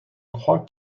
crois